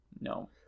No